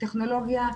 הטכנולוגיה,